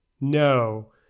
No